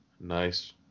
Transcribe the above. nice